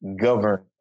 govern